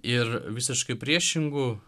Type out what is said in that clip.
ir visiškai priešingų